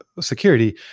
security